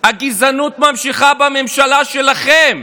הגזענות נמשכת בממשלה שלכם.